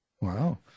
wow